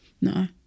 No